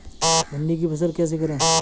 भिंडी की फसल कैसे करें?